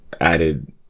added